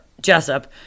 Jessup